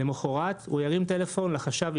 למחרת הוא ירים טלפון לחש"ב,